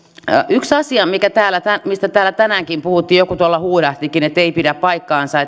yksi asia mistä täällä tänäänkin puhuttiin joku tuolla huudahtikin että se ei pidä paikkaansa